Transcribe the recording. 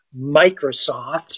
Microsoft